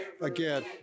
Again